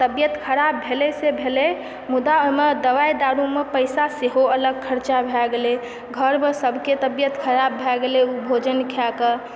तबियत खराब भेलै से भेलै मुदा ओहिमे दबाइ दारू मै पैसा सेहो अलग खर्चा भै गेलै घरमे सभके तबियत खराब भय गेलै ओ भोजन खाय कऽ